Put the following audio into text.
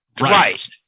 right